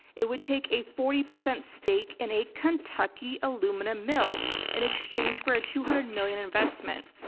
it would take a forty percent stake in a kentucky aluminum mill in exchange for a two hundred million investment,